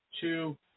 two